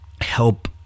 help